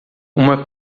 uma